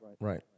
right